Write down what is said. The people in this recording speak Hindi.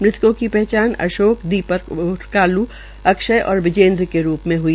मृतकों की पहचान अशोक दीपक उर्फ काल् अक्षय और बिजेन्दर के रूप मे हई